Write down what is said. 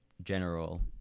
General